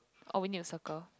or we need to circle